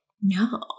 no